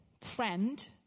friend